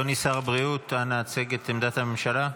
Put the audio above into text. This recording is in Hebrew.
אדוני שר הבריאות, אנא הצג את עמדת הממשלה.